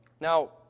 Now